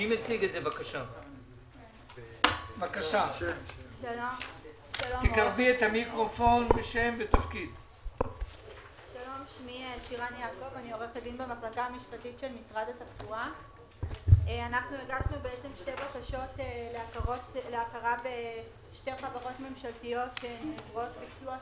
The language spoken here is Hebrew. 1943. הגשנו שתי בקשות להכרה בשתי חברות ממשלתיות כ"גוף אחר".